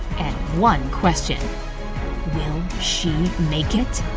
and one question will she make it?